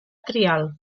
trial